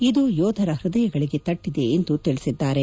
ಇದು ಯೋಧರ ಹೃದಯಗಳಿಗೆ ತಟ್ಟಿದೆ ಎಂದು ತಿಳಿಸಿದ್ದಾರೆ